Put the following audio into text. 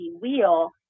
wheel